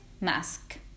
Mask